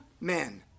men